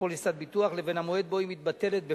פוליסת ביטוח לבין המועד שבו היא מתבטלת בפועל,